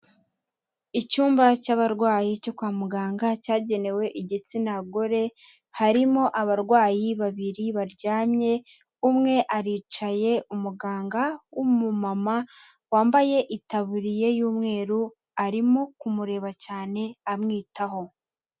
Icyumba cy'abarwayi cyo kwa muganga cyagenewe igitsina gore, harimo abarwayi babiri baryamye, umwe aricaye umuganga w'umumama wambaye itaburiya y'umweru arimo kumureba cyane amwitaho.